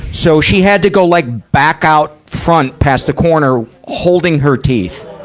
so she had to go like back out front, past the corner, holding her teeth.